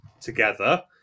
together